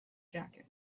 jacket